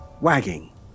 Wagging